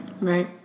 Right